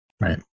Right